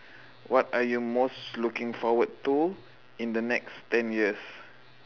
what are you most looking forward to in the next ten years